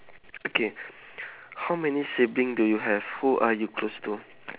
okay how many sibling do you have who are you close to